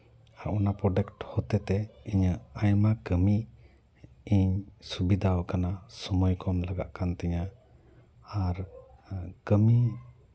ᱚᱱᱟ ᱯᱨᱚᱰᱟᱠᱴ ᱦᱚᱛᱮ ᱛᱮ ᱤᱧᱟᱹᱜ ᱟᱭᱢᱟ ᱠᱟᱹᱢᱤ ᱤᱧ ᱥᱩᱵᱤᱫᱷᱟ ᱟᱠᱟᱱᱟ ᱥᱚᱢᱚᱭ ᱠᱚ ᱠᱚᱢ ᱞᱟᱜᱟᱜ ᱠᱟᱱ ᱛᱤᱧᱟ ᱟᱨ ᱠᱟᱹᱢᱤ